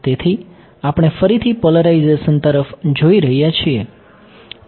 તેથી આપણે ફરીથી પોલેરાઝેશન તરફ જોઈ રહ્યા છીએ